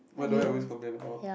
what do I always complain about